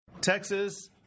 Texas